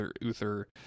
Uther